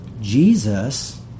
Jesus